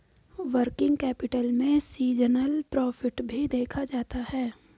working capital में seasonal profit भी देखा जाता है